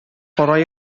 кара